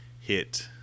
hit